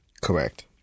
Correct